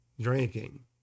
drinking